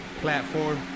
platform